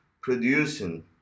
producing